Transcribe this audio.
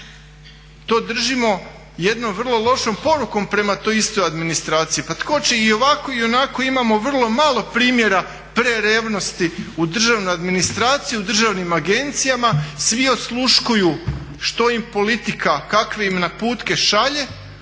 to držimo jednom vrlo lošom porukom prema toj istoj administraciji. Pa tko će, i ovako i onako imamo vrlo malo primjera prerevnosti u državnoj administraciji, u državnim agencijama, svi osluškuju što im politika, kakve im naputke šalje.